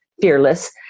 fearless